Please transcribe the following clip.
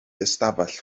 ystafell